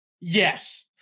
Yes